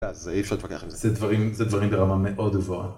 אז אי אפשר להתווכח עם זה, זה דברים ברמה מאוד גבוהה